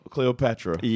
Cleopatra